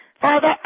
Father